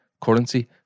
Currency